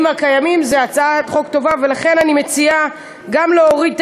כרגע זה לא על השולחן, כרגע מורידים את